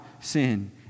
sin